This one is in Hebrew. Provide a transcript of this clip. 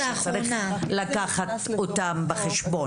שצריך לקחת אותן בחשבון.